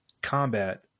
combat